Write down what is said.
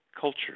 culture